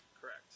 Correct